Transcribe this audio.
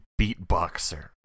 beatboxer